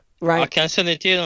right